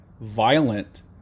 violent